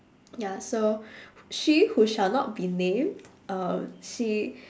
ya so she who shall not be named um she